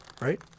right